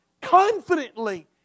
confidently